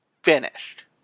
Finished